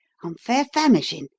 i'm fair famishin'.